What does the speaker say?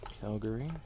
Calgary